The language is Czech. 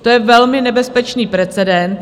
To je velmi nebezpečný precedent.